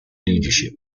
leadership